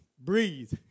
breathe